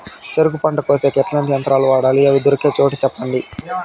చెరుకు పంట కోసేకి ఎట్లాంటి యంత్రాలు వాడాలి? అవి దొరికే చోటు చెప్పండి?